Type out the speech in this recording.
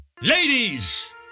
Ladies